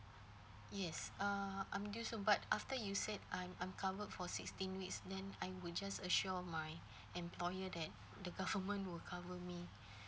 yes uh I'm due soon but after you say I'm I'm covered for sixteen weeks then I would just assure my employer that the government will cover me